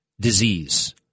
disease